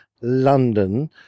London